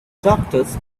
doctors